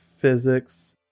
physics